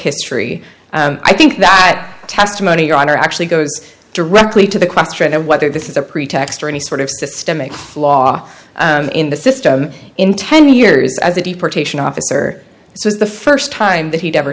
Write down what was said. history i think that testimony your honor actually goes directly to the question of whether this is a pretext or any sort of systemic flaw in the system in ten years as a deportation officer so is the first time that he'd ever